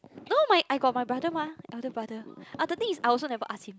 no my I got my brother mah elder brother ah the thing is I also never ask him